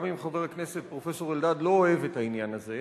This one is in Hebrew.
גם אם חבר הכנסת פרופסור אלדד לא אוהב את העניין הזה,